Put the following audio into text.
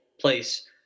place